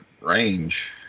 range